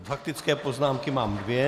Faktické poznámky mám dvě.